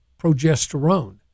progesterone